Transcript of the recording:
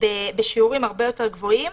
בשיעורים הרבה יותר גבוהים.